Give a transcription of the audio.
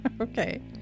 Okay